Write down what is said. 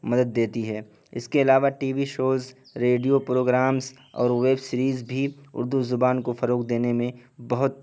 مدد دیتی ہے اس کے علاوہ T V shows radio programmes اور ویب سیریز بھی اردو زبان کو فروغ دینے میں بہت